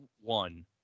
one